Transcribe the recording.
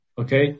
Okay